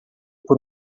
por